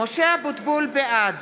בעד